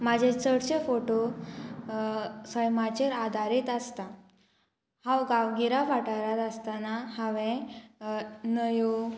म्हाजे चडशे फोटो सैमाचेर आदारीत आसता हांव गांवगिऱ्या वााठारांत आसतना हांवें न्हंयो